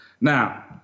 Now